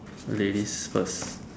ladies first